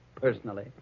personally